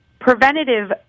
preventative